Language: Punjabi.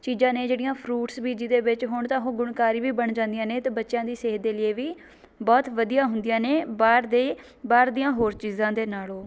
ਚੀਜ਼ਾਂ ਨੇ ਜਿਹੜੀਆਂ ਫਰੂਟਸ ਵੀ ਜਿਹਦੇ ਵਿੱਚ ਹੁਣ ਤਾਂ ਉਹ ਗੁਣਕਾਰੀ ਵੀ ਬਣ ਜਾਂਦੀਆਂ ਨੇ ਅਤੇ ਬੱਚਿਆਂ ਦੀ ਸਿਹਤ ਦੇ ਲੀਏ ਵੀ ਬਹੁਤ ਵਧੀਆ ਹੁੰਦੀਆਂ ਨੇ ਬਾਹਰ ਦੇ ਬਾਹਰ ਦੀਆਂ ਹੋਰ ਚੀਜ਼ਾਂ ਦੇ ਨਾਲੋਂ